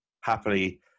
happily